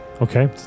Okay